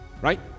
right